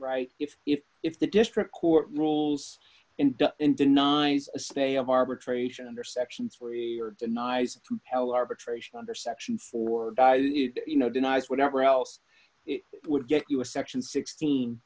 right if if if the district court rules in and denies a stay of arbitration under section three or denies compel arbitration under section four you know denies whatever else it would get you a section sixteen